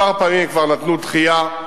כמה פעמים הם כבר נתנו דחייה,